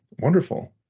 wonderful